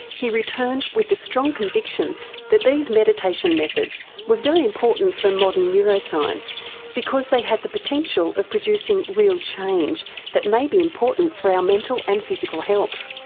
he returned with a strong conviction that these meditation methods were very important for modern neuroscience because they had the potential of producing real change that may be important for our mental and physical health.